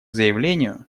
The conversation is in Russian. заявлению